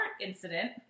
incident